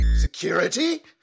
Security